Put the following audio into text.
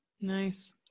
Nice